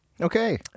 Okay